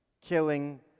Killing